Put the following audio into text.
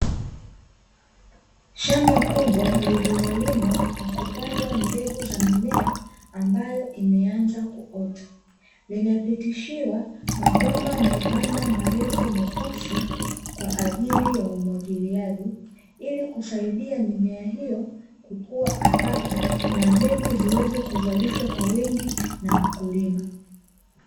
Shamba kubwa lililolimwa na kupandwa mbegu za mimea ambayo imeanza kuota: Limepitishiwa mabomba membamba marefu meusi kwa ajili ya umwagiliaji ili kusaidia mimea hiyo kukua haraka na mbegu ziweze kuzalishwa kwa wingi na wakulima.